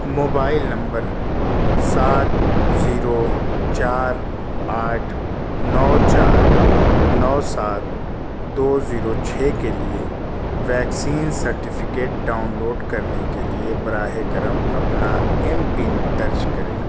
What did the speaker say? mobile number سات zero چار آٹھ نو چار نو سات دو زیرو چھ کے لیے ویکسین سرٹیفکیٹ ڈاؤن لوڈ کرنے کے لیے براہِ کرم اپنا ایم پن درج کریں